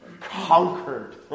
conquered